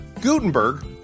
Gutenberg